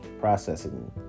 processing